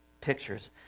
pictures